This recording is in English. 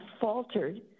faltered